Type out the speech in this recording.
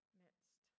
midst